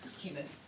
human